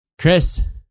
Chris